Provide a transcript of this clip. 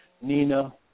Nina